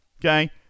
okay